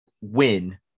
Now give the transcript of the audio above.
win